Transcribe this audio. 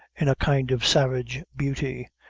in a kind of savage beauty,